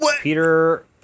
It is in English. Peter